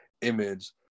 image